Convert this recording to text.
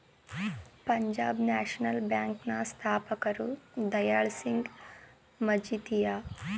Punjab national bank ನ ಸ್ಥಾಪಕರು ದಯಾಳ್ ಸಿಂಗ್ ಮಜಿತಿಯ